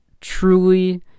truly